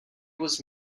was